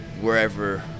wherever